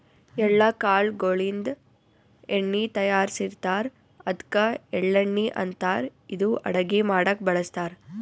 ಎಳ್ಳ ಕಾಳ್ ಗೋಳಿನ್ದ ಎಣ್ಣಿ ತಯಾರಿಸ್ತಾರ್ ಅದ್ಕ ಎಳ್ಳಣ್ಣಿ ಅಂತಾರ್ ಇದು ಅಡಗಿ ಮಾಡಕ್ಕ್ ಬಳಸ್ತಾರ್